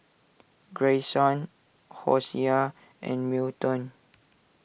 Grayson Hosea and Milton